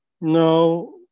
no